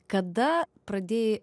kada pradėjai